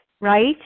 right